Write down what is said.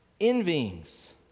envyings